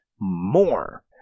more